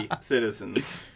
citizens